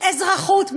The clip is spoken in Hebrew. אזרחות?